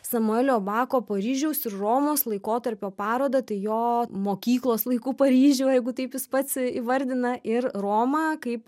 samuelio bako paryžiaus ir romos laikotarpio parodą tai jo mokyklos laikų paryžių jeigu taip jis pats įvardina ir romą kaip